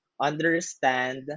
Understand